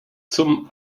zum